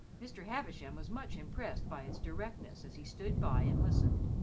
mr. havisham was much impressed by its directness as he stood by and listened.